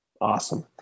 Awesome